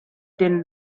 den